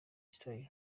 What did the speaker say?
style